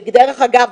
דרך אגב,